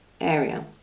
area